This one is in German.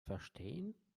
verstehen